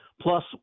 Plus